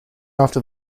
after